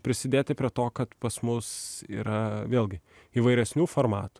prisidėti prie to kad pas mus yra vėlgi įvairesnių formatų